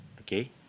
Okay